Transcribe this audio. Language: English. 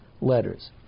letters